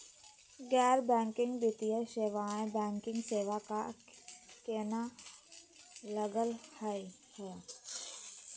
गैर बैंकिंग वित्तीय सेवाएं, बैंकिंग सेवा स केना अलग होई हे?